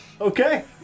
Okay